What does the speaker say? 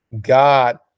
God